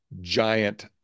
giant